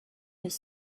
des